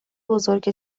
بزرگ